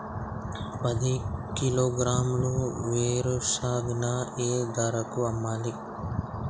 పది కిలోగ్రాముల వేరుశనగని ఏ ధరకు అమ్మాలి?